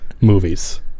movies